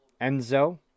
Enzo